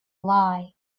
lie